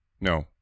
No